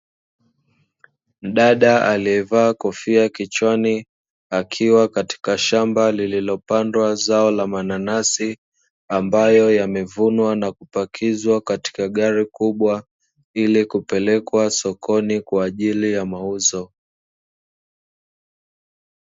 Mdada aliyevaa kofia kichwa akiwa katika shamba lililopandwa zao la mananasi ambayo yamevunwa na kupakizwa katika gari kubwa ili kupelekwa sokoni kwa ajili ya mauzo.